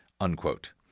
unquote